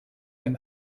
ein